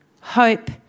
hope